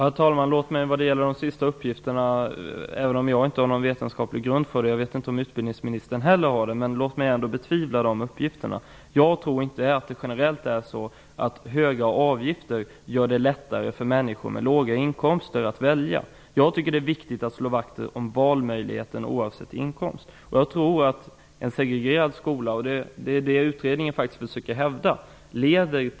Herr talman! Låt mig betvivla de sista uppgifterna -- även om jag inte har någon vetenskaplig grund för det. Jag vet inte heller om utbildningsministern har det. Jag tror inte att det generellt är så att höga avgifter gör det lättare för människor med låga inkomster att välja. Jag tycker att det är viktigt att slå vakt om valmöjligheten -- oavsett inkomst. Jag tror att en segregerad skola leder till ökad segregation också när det gäller högre studier.